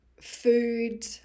food